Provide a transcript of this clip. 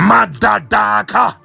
Madadaka